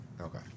Okay